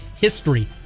history